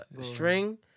string